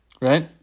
Right